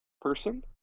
person